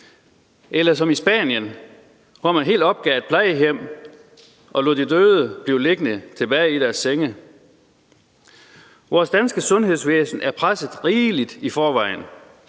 Og i Spanien opgav man helt et plejehjem og lod de døde blive liggende tilbage i deres senge. Vores danske sundhedsvæsen er presset rigeligt i forvejen,